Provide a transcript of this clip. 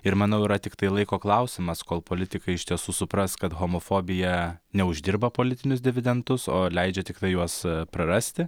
ir manau yra tik tai laiko klausimas kol politikai iš tiesų supras kad homofobija neuždirba politinius dividendus o leidžia tiktai juos prarasti